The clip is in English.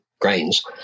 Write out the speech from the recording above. Grains